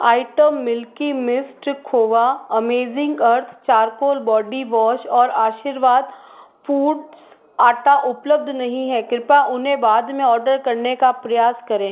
item Milky Mist खोवा amazing earth charcoal body wash और Aashirvaad foods आटा उपलब्ध नहीं हैं कृपया उन्हें बाद में ऑर्डर करने का प्रयास करें